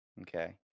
Okay